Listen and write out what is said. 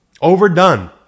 overdone